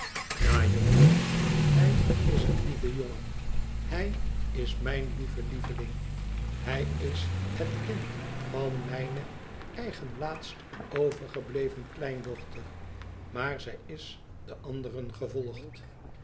juffrouw hij is een lieve jongen hij is mijn lieve lieveling hij is het kind van mijne eigen laatst overgebleven kleindochter maar zij is de anderen gevolgd